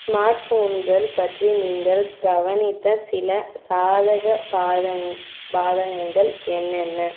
ஸ்மார்ட்ஃபோன்கள் பற்றி நீங்கள் கவனித்த சில சாதக பாதகங் பாதகங்கள் என்னென்ன